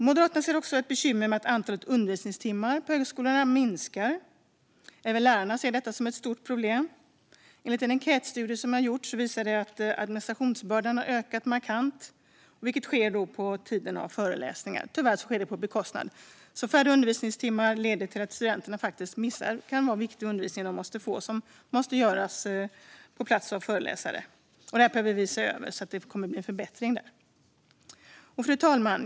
Moderaterna ser också ett bekymmer med att antalet undervisningstimmar på högskolorna minskar. Även lärarna upplever detta som ett stort problem. En enkätstudie som har gjorts visar att administrationsbördan har ökat markant, vilket sker på bekostnad av tiden till föreläsningar. Färre undervisningstimmar leder till att studenterna faktiskt missar viktig undervisning som måste göras på plats av föreläsare. Det här behöver vi se över så att vi får en förbättring. Fru talman!